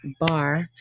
bar